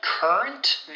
Current